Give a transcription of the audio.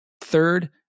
Third